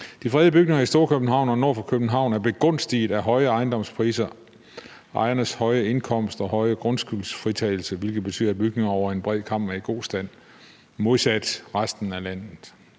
»De fredede bygninger i Storkøbenhavn og nord for København er begunstiget af høje ejendomspriser, ejernes høje indkomster og høje grundskyldsfritagelser, hvilket betyder, at bygningerne over en bred kam er i god stand.« Det står i